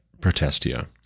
Protestia